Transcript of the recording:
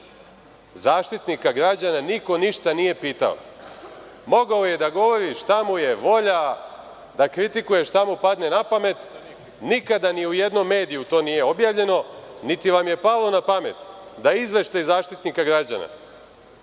Zaštitnika građana niko ništa nije pitao, mogao je da govori šta mu je volja, da kritikuje šta mu padne napamet, nikada ni u jednom mediju to nije objavljeno, niti vam je palo napamet da izveštaj Zaštitnika građana,